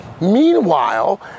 Meanwhile